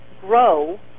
grow